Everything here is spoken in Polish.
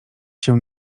się